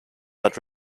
but